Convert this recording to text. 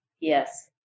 Yes